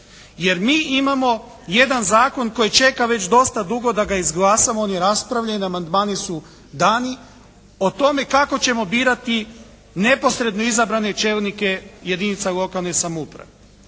jer mi imamo jedan zakon koji čeka već dosta dugo da ga izglasamo. On je raspravljen, amandmani su dani, o tome kako ćemo birati neposredno izabrane čelnike jedinica lokalne samouprave.